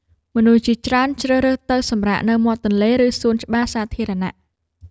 មនុស្សជាច្រើនជ្រើសរើសទៅសម្រាកនៅមាត់ទន្លេ ឬសួនច្បារសាធារណៈ។